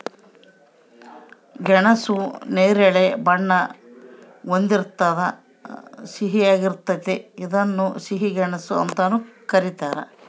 ಗೆಣಸು ನೇರಳೆ ಬಣ್ಣ ಹೊಂದಿರ್ತದ ಸಿಹಿಯಾಗಿರ್ತತೆ ಇದನ್ನ ಸಿಹಿ ಗೆಣಸು ಅಂತಾನೂ ಕರೀತಾರ